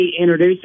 introduce